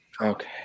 Okay